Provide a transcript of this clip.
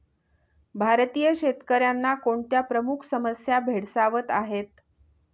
भारतीय शेतकऱ्यांना कोणत्या प्रमुख समस्या भेडसावत आहेत?